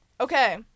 Okay